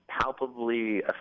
palpably